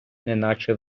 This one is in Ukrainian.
неначе